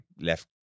left